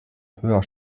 höher